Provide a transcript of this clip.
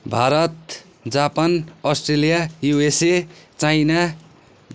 Bharat Japan Australia USA China